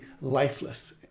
lifeless